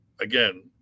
again